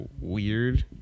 weird